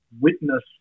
witness